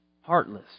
heartless